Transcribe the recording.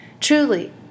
Truly